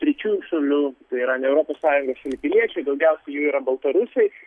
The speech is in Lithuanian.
trečiųjų šalių tai yra ne europos sąjungos piliečiai daugiausiai jų yra baltarusijoj